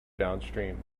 downstream